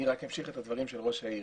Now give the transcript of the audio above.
אני רק אמשיך את הדברים של ראש העיר.